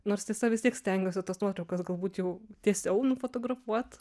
nors tiesa vis tiek stengiuosi tas nuotraukas galbūt jau tiesiau nufotografuot